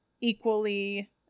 equally